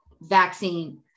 vaccine